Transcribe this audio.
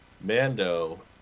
Mando